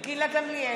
נגד גילה גמליאל,